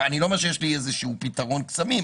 אני לא אומר שיש לי איזשהו פתרון קסמים,